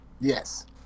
yes